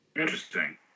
Interesting